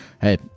hey